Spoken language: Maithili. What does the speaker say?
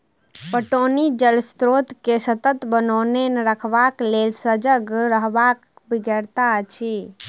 पटौनी जल स्रोत के सतत बनओने रखबाक लेल सजग रहबाक बेगरता अछि